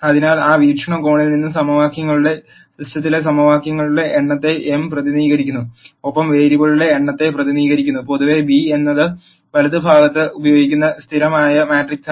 അതിനാൽ ആ വീക്ഷണകോണിൽ നിന്ന് സമവാക്യങ്ങളുടെ സിസ്റ്റത്തിലെ സമവാക്യങ്ങളുടെ എണ്ണത്തെ m പ്രതിനിധീകരിക്കുന്നു ഒപ്പം വേരിയബിളുകളുടെ എണ്ണത്തെ പ്രതിനിധീകരിക്കുന്നു പൊതുവേ ബി എന്നത് വലതുഭാഗത്ത് ഉപയോഗിക്കുന്ന സ്ഥിരമായ മാട്രിക്സാണ്